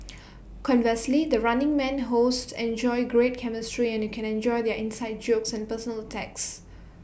conversely the running man hosts enjoy great chemistry and you can enjoy their inside jokes and personal attacks